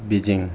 Beijing